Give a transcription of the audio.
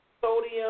sodium